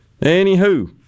Anywho